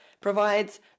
provides